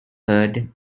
heard